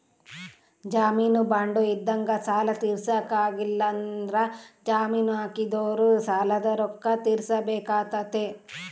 ಜಾಮೀನು ಬಾಂಡ್ ಇದ್ದಂಗ ಸಾಲ ತೀರ್ಸಕ ಆಗ್ಲಿಲ್ಲಂದ್ರ ಜಾಮೀನು ಹಾಕಿದೊರು ಸಾಲದ ರೊಕ್ಕ ತೀರ್ಸಬೆಕಾತತೆ